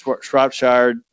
Shropshire